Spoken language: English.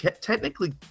technically